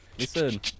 Listen